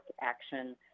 action